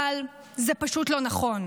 אבל זה פשוט לא נכון,